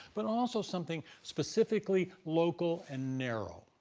but also something specifically local and narrow.